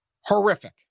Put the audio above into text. horrific